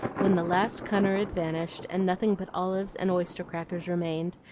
when the last cunner had vanished and nothing but olives and oyster crackers remained,